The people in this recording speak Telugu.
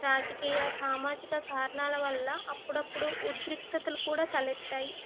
రాజకీయ సామాజిక కారణాల వల్ల అప్పుడప్పుడు ఉదరిక్తతలు కూడా తలెత్తాయి